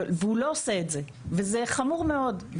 והוא לא עושה את זה וזה חמור מאוד.